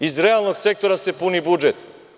Iz realnog sektora se puni budžet.